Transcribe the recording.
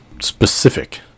Specific